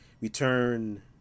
Return